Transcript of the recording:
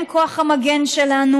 הם כוח המגן שלנו.